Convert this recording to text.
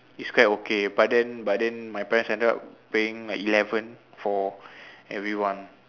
is quite okay but then but then my parents ended up paying like eleven for everyone